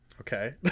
Okay